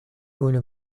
unu